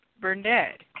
Burnett